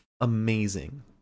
amazing